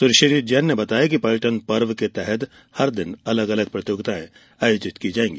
सुश्री जैन ने बताया है कि पर्यटन पर्व के तहत हर दिन अलग अलग प्रतियोगिताएं आयोजित की जायेंगी